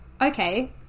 okay